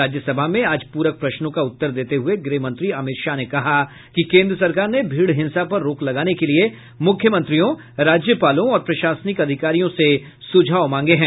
राज्यसभा में आज प्ररक प्रश्नों का उत्तर देते हुए गृहमंत्री अमित शाह ने कहा कि केन्द्र सरकार ने भीड़ हिंसा पर रोक लगाने के लिए मुख्यमंत्रियों राज्यपालों और प्रशासनिक अधिकारियों से सुझाव मांगे हैं